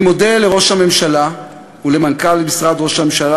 אני מודה לראש הממשלה ולמנכ"ל משרד ראש הממשלה